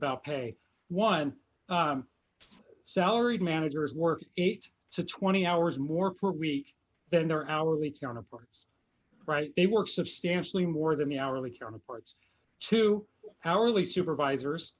about pay one salaried managers work eight to twenty hours more per week than their hourly counterparts right they work substantially more than the hourly counterparts to hourly supervisors